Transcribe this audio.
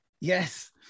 yes